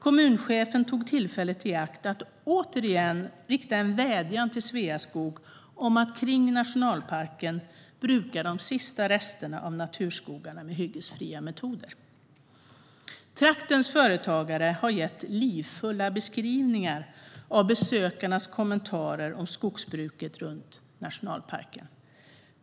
Kommunchefen tog tillfället i akt att återigen rikta en vädjan till Sveaskog om att kring nationalparken bruka de sista resterna av naturskogarna med hyggesfria metoder. Traktens företagare har gett livfulla beskrivningar av besökarnas kommentarer om skogsbruket runt nationalparken.